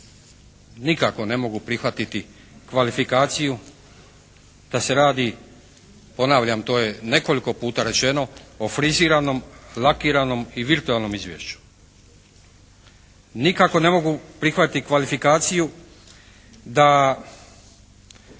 nikako ne mogu prihvatiti kvalifikaciju da se radi, ponavljam to je nekoliko puta rečeno o friziranom, lakiranom i virtualnom izvješću. Nikako ne mogu prihvatiti kvalifikaciju da